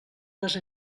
les